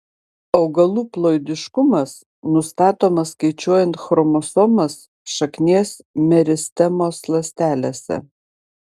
augalų ploidiškumas nustatomas skaičiuojant chromosomas šaknies meristemos ląstelėse